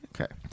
Okay